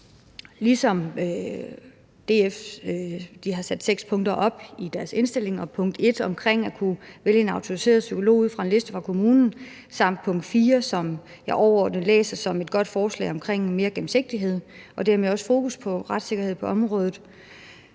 ligesom DF har sat seks punkter op i deres indstilling. Der er f.eks. punkt 1 omkring at kunne vælge en autoriseret psykolog ud fra en liste fra kommunen samt punkt 4, som jeg overordnet læser som et godt forslag omkring mere gennemsigtighed og dermed også fokus på retssikkerhed på området.